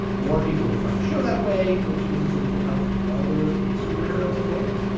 more people will find the show that way which means that we can help other superheroes in waiting.